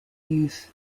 youth